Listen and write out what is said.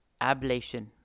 ablation